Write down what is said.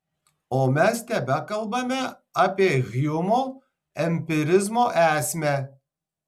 o mes tebekalbame apie hjumo empirizmo esmę